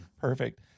Perfect